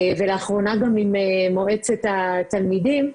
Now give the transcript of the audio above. ולאחרונה גם עם מועצת התלמידים.